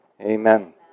amen